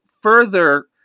further